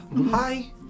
Hi